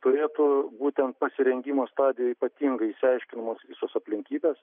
turėtų būtent pasirengimo stadijoj ypatingai išsiaiškinamos visos aplinkybės